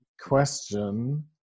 question